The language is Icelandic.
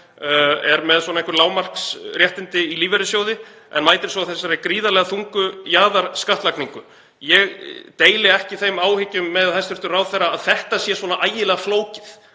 er með einhver lágmarksréttindi í lífeyrissjóði en mætir svo þessari gríðarlega þungu jaðarskattlagningu. Ég deili ekki þeim áhyggjum með hæstv. ráðherra að þetta sé svona ægilega flókið